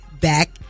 back